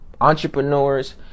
Entrepreneurs